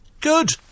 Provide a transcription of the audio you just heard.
good